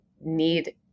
need